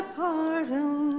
pardon